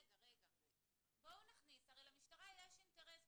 הרי למשטרה יש אינטרס פה,